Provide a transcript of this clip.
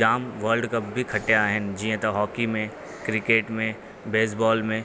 जाम world cup बि खटिया आहिनि जीअं त होकी में क्रिकेट में बेज़ बॉल में